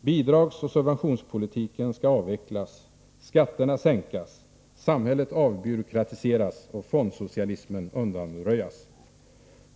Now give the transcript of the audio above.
Bidragsoch subventionspolitiken skall avvecklas, skatterna sänkas, samhället avbyråkratiseras och fondsocialismen undanröjas. Herr talman!